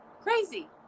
Crazy